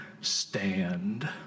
stand